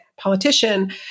politician